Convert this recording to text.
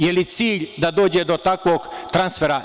Je li cilj da dođe do takvog transfera?